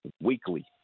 weekly